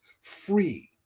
free